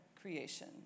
creation